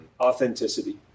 Authenticity